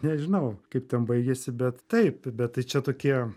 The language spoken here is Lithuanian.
nežinau kaip ten baigėsi bet taip bet tai čia tokie